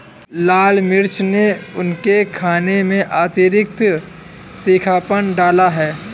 लाल मिर्च ने उनके खाने में अतिरिक्त तीखापन डाला है